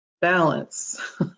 Balance